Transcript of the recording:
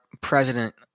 president